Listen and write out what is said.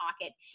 pocket